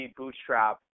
bootstrap